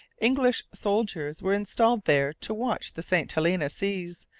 english soldiers were installed there to watch the st. helena seas,